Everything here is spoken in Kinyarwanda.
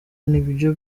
nibyo